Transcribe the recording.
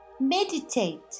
meditate